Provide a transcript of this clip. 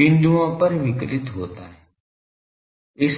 बिंदुओं पर विकिरत होता है